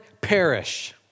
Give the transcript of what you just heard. perish